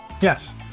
Yes